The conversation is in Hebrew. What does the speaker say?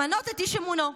למנות את איש אמונו.